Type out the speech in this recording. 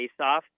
faceoff